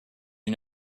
you